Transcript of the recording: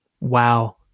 wow